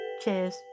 cheers